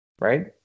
right